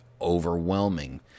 overwhelming